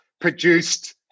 produced